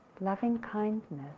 loving-kindness